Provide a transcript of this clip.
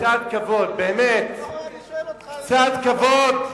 מולה, קצת כבוד, באמת, קצת כבוד.